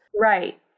Right